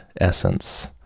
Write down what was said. essence